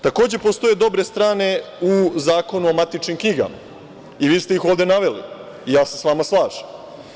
Postoje i dobre strane u Zakonu o matičnim knjigama i vi ste ih ovde naveli, ja se sa vama slažem.